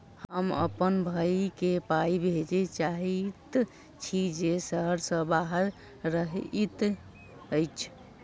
हम अप्पन भयई केँ पाई भेजे चाहइत छि जे सहर सँ बाहर रहइत अछि